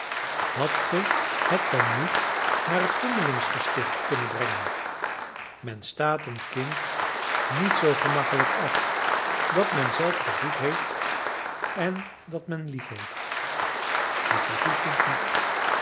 hadt ge het dan niet naar het vondelingsgesticht kunnen brengen men staat een kind niet zoo gemakkelijk af dat men zelf gevoed heeft en dat men liefheeft het was uw kind niet